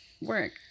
work